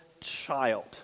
child